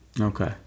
Okay